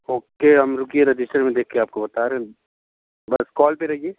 okay हम रुकिए register में आपको देख के बता रहे हैं बस कॉल पर रहिए